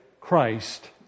Christ